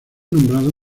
nombrado